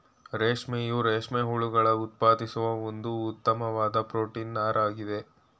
ರೇಷ್ಮೆಯು ರೇಷ್ಮೆ ಹುಳುಗಳು ಉತ್ಪಾದಿಸುವ ಒಂದು ಉತ್ತಮ್ವಾದ್ ಪ್ರೊಟೀನ್ ನಾರಾಗಯ್ತೆ